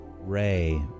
Ray